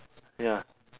ya